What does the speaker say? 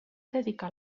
dedicar